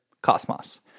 Cosmos